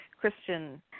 Christian